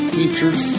Features